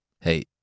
Hey